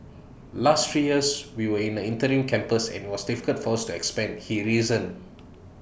last three years we were in an interim campus and IT was difficult for us to expand he reasoned